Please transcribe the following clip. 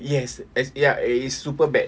yes as ya it's super bad